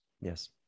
Yes